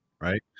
right